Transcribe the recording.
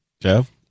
Jeff